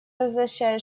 означает